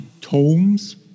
tomes